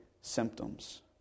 symptoms